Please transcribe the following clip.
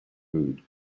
food